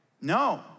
No